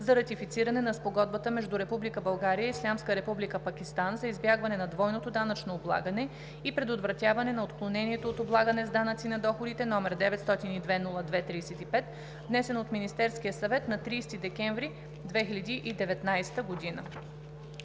за ратифициране на Спогодбата между Република България и Ислямска Република Пакистан за избягване на двойното данъчно облагане и предотвратяване на отклонението от облагане с данъци на доходите, № 902-02-35, внесен от Министерския съвет на 30 декември 2019 г.“